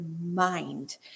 mind